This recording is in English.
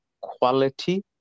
quality